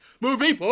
Movie